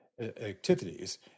activities